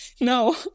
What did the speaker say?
no